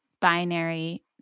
binary